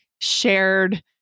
shared